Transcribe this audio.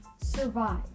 survive